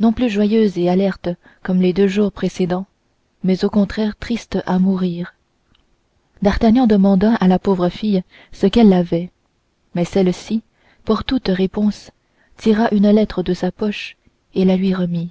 non plus joyeuse et alerte comme les deux jours précédents mais au contraire triste à mourir d'artagnan demanda à la pauvre fille ce qu'elle avait mais celleci pour toute réponse tira une lettre de sa poche et la lui remit